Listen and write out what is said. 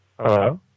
Hello